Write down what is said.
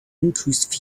increased